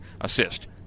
assist